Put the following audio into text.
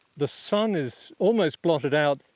the sun is almost blotted out,